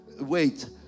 wait